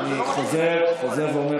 אני חוזר ואומר,